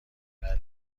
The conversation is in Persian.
بله